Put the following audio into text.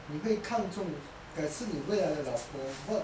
你会看中改次你未来的老婆 what